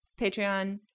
Patreon